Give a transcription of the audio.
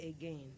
again